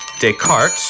Descartes